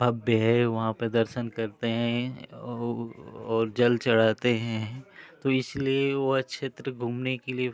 भव्य है वहाँ पर दर्शन करते हैं और जल चढ़ाते हैं तो इसीलिए वह क्षेत्र घूमने के लिए